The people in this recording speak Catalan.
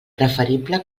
preferible